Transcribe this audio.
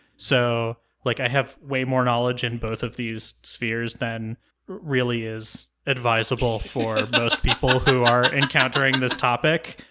so like, i have way more knowledge in both of these spheres than really is advisable for most people who are encountering this topic